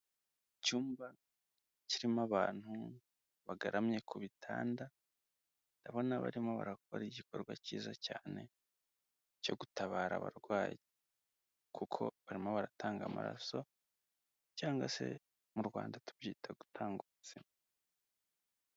Icyumba kirimo abantu bagaramye ku bitanda, ndabona barimo barakora igikorwa cyiza cyane cyo gutabara abarwayi kuko barimo baratanga amaraso cyangwa se mu Rwanda tubyita gutanga ubuzima.